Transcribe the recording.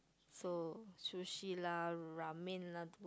so Sushi lah Ramen lah